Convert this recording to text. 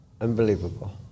unbelievable